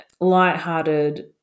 lighthearted